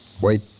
Wait